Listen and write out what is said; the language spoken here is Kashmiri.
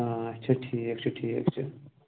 آ اَچھا ٹھیٖک چھُ ٹھیٖک چھُ